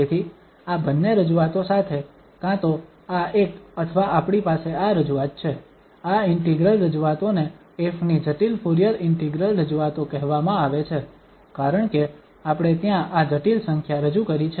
તેથી આ બંને રજૂઆતો સાથે કાં તો આ એક અથવા આપણી પાસે આ રજૂઆત છે આ ઇન્ટિગ્રલ રજૂઆતોને 𝑓 ની જટિલ ફુરીયર ઇન્ટિગ્રલ રજૂઆતો કહેવામાં આવે છે કારણકે આપણે ત્યાં આ જટિલ સંખ્યા રજૂ કરી છે